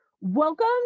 Welcome